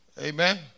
amen